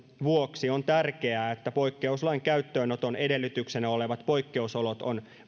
vuoksi on tärkeää että poikkeuslain käyttöönoton edellytyksenä olevat poikkeusolot